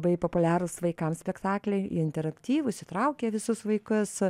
labai populiarūs vaikams spektakliai jie interaktyvūs įtraukia visus vaikus